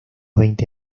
veinte